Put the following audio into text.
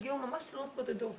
הגיעו ממש תלונות בודדות